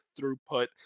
throughput